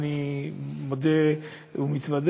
אני מודה ומתוודה